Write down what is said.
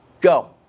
go